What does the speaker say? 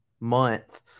month